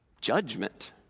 Judgment